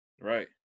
right